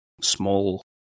small